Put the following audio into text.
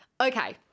Okay